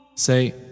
Say